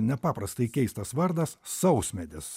nepaprastai keistas vardas sausmedis